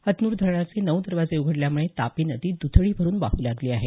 हतनूर धरणाचे नऊ दरवाजे उघडल्यामुळे तापी नदी दुथडी भरून वाहू लागली आहे